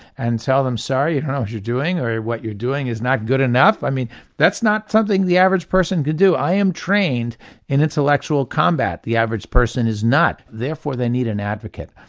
and tell them sorry you don't know what you're doing, or what you're doing is not good enough. i mean that's not something the average person could do. i am trained in intellectual combat, the average person is not. therefore they need an advocate,